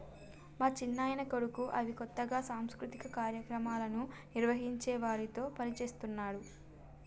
మా చిన్నాయన కొడుకు అవి కొత్తగా సాంస్కృతిక కార్యక్రమాలను నిర్వహించే వారితో పనిచేస్తున్నాడు